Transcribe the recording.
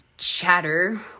chatter